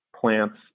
plants